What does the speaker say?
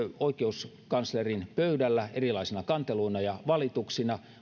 oikeuskanslerin pöydällä erilaisina kanteluina ja valituksina